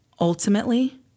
Ultimately